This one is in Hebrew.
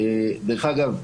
דרך אגב,